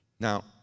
Now